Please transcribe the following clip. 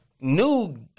new